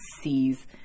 sees